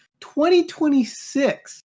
2026